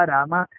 Rama